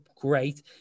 great